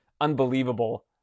Unbelievable